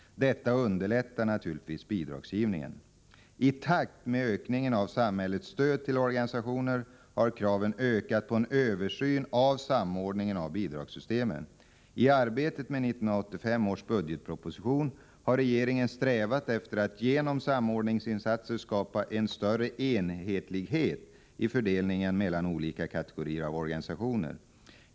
Detta underlättar naturligvis bidragsgivningen. I takt med ökningen av samhällets stöd till organisationerna har kraven ökat på en översyn av samordningen av bidragssystemen. I arbetet med 1985 års budgetproposition har regeringen strävat efter att genom samordningsinsatser skapa en större enhetlighet i fördelningen mellan olika kategorier av organisationer.